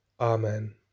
Amen